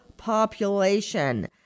population